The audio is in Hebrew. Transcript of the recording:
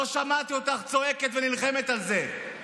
לא שמעתי אותך צועקת ונלחמת על זה,